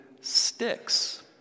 sticks